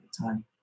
time